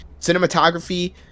cinematography